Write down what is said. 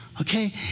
Okay